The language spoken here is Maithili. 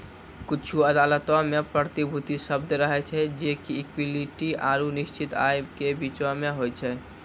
कुछु अदालतो मे प्रतिभूति शब्द रहै छै जे कि इक्विटी आरु निश्चित आय के बीचो मे होय छै